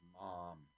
mom